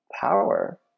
power